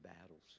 battles